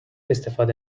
استفاده